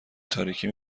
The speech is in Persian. تاریکی